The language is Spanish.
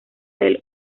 del